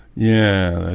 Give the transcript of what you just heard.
yeah,